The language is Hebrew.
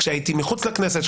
כשהייתי מחוץ לכנסת,